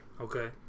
Okay